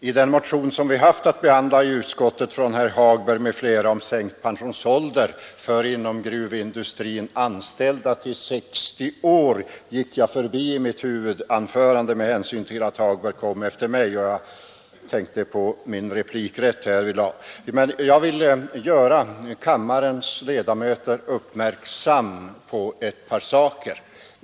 Herr talman! Den motion av herr Hagberg m.fl. om sänkt pensionsålder till 60 år för inom gruvindustrin anställda, vilken vi haft att behandla i utskottet, gick jag förbi i mitt huvudanförande med hänsyn till att herr Hagberg stod efter mig på talarlistan. Jag tänkte på min replikrätt, och jag vill nu göra kammarens ledamöter uppmärksamma på ett par saker.